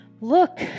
Look